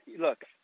look